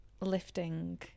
Lifting